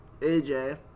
AJ